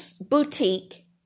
boutique